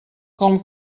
com